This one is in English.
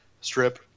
strip